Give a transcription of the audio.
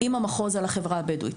עם המחוז על החברה הבדואית,